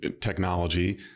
technology